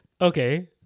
Okay